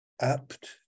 apt